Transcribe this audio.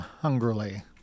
hungrily